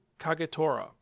Kagetora